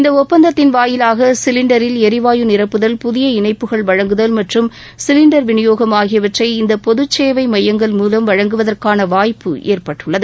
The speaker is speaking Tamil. இந்த ஒப்பந்தத்தின் மூலம் சிலிண்டரில் எரிவாயு நிரப்புதல் புதிய இணைப்புகள் வழங்குதல் மற்றும் சிலிண்டர் விநியோகம் ஆகிவற்றை இந்த பொதுசேவை மையங்கள் மூலம் வழங்குவதற்கான வாய்ப்புஏற்பட்டுள்ளது